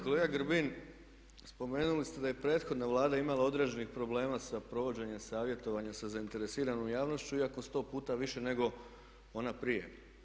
Kolega Grbin, spomenuli ste da je i prethodna Vlada imala određenih problema sa provođenjem savjetovanja sa zainteresiranom javnošću iako sto puta više nego ona prije.